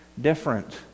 different